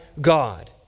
God